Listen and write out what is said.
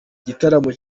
igitaramo